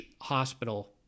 Hospital